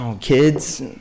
kids